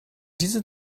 diese